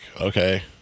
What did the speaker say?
okay